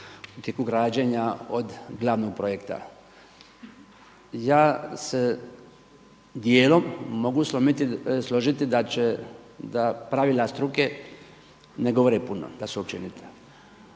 u tijeku građenja glavnog projekta. Ja se dijelom mogu složiti da će, da pravila struke ne govore puno, da su općenita.